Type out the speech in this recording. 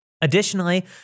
Additionally